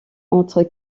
entre